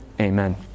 Amen